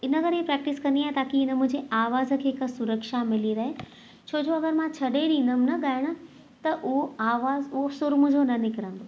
इन करे प्रैक्टिस कंदी आहियां ताकि इन मुंहिंजे आवाज खे हिकु सुरक्षा मिली रहे छो जो अगरि मां छॾे ॾींदमि न गाइण त उहो आवाज़ उहो सूर मुंहिंजो न निकिरींदो